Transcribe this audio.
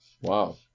Wow